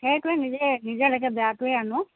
সেইটোৱে নিজে নিজে লাগে বেয়াটোৱে আনো